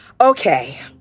Okay